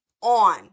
on